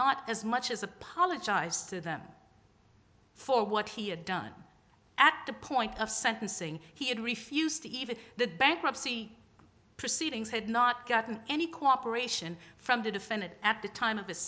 not as much as apologized to them for what he had done at the point of sentencing he had refused to even the bankruptcy proceedings had not gotten any cooperation from the defendant at the time of the